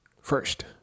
first